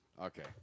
Okay